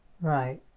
Right